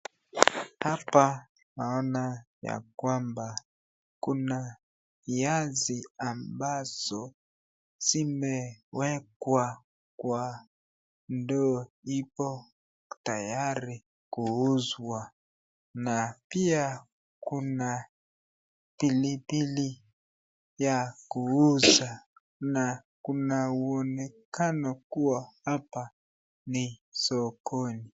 Hapa naona ya kwamba kuna viazi ambazo zimewekwa kwa ndoo ipo tayari kuuzwa na pia kuna pilipili ya kuuza na kuna uonekano kuwa hapa ni sokoni.